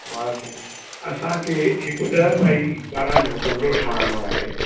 वाह साईं असांखे हिकु ॾह बाई ॿारहं जो कमिरो ठहाराइणो आहे